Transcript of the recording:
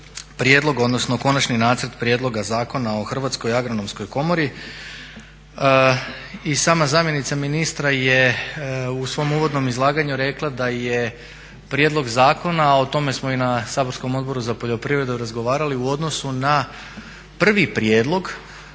prijedlog, odnosno Konačni nacrt prijedloga zakona o Hrvatskoj agronomskoj komori. I sama zamjenica ministra je u svom uvodnom izlaganju rekla da je prijedlog zakona, a o tome smo i na saborskom Odboru za poljoprivredu razgovarali u odnosu na prvi prijedlog